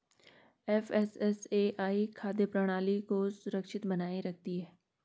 FSSAI खाद्य प्रणाली को सुरक्षित बनाए रखती है